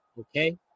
Okay